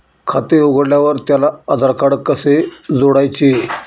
खाते उघडल्यावर त्याला आधारकार्ड कसे जोडायचे?